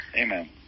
Amen